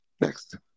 Next